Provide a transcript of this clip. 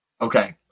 Okay